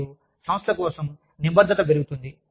మరియు సంస్థ కోసం నిబద్ధత పెరుగుతుంది